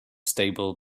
stable